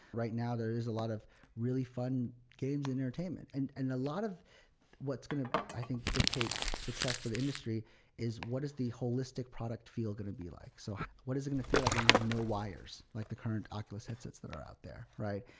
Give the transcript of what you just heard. right now, there is a lot of really fun games and entertainment. and and a lot of what's going to i think dictate success for the industry is what is the holistic product feel going to be like? so what is it going to feel like when you have no wires, like the current oculus headsets that are out there, right?